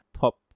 top